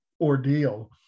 ordeal